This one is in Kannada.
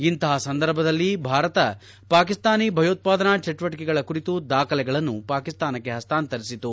ಇಂತಹ ಸಂದರ್ಭದಲ್ಲಿ ಭಾರತ ಪಾಕಿಸ್ನಾನಿ ಭಯೋತಾದನಾ ಚೆಟುವಟಿಕೆಗಳ ಕುರಿತು ದಾಖಲೆಗಳನ್ನು ಪಾಕಿಸ್ತಾನಕ್ಕೆ ಹಸ್ತಾಂತರಿಸಿತು